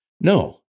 No